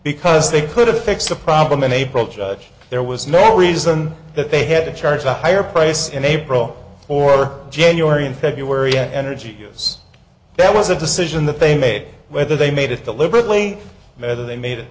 because they could have fixed the problem in april there was no reason that they had to charge a higher price in april or january and february at energy use that was a decision that they made whether they made it deliberately whether they made